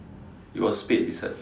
it was spade beside